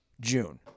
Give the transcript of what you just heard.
June